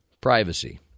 privacy